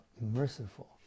merciful